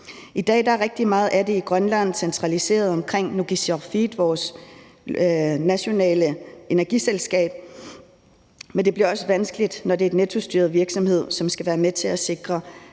I dag er rigtig meget af det i Grønland centraliseret omkring Nukissiorfiit, vores nationale energiselskab, men det bliver også vanskeligt, når det er en nettostyret virksomhed, som skal være med til at sikre,